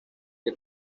que